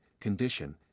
condition